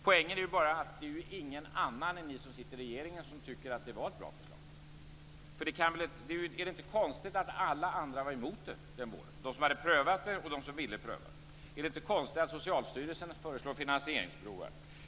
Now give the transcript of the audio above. Poängen är bara att det inte är några andra än ni som sitter i regeringen som tycker att det var ett bra förslag. Är det inte konstigt att alla andra var emot det den våren, de som hade prövat och de som ville pröva? Är det inte konstigt att Socialstyrelsen föreslår finansieringsbroar?